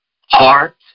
heart